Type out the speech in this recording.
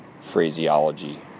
phraseology